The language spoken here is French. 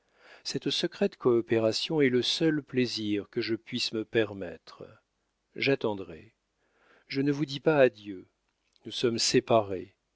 cette secrète coopération est le seul plaisir que je puisse me permettre j'attendrai je ne vous dis pas adieu nous sommes séparés